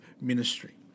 ministry